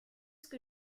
que